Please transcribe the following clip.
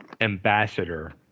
ambassador